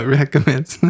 Recommends